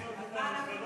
צריך לקנות